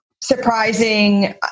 surprising